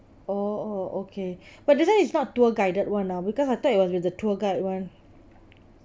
oh oh okay but this [one] is not tour guided [one] ah because I thought it was with a tour guide [one]